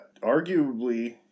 arguably